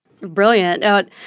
Brilliant